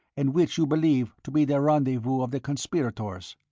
and which you believe to be the rendezvous of the conspirators